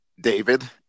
David